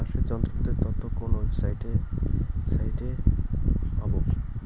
চাষের যন্ত্রপাতির তথ্য কোন ওয়েবসাইট সাইটে পাব?